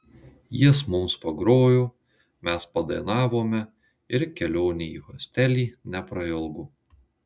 jis mums pagrojo mes padainavome ir kelionė į hostelį neprailgo